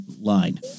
line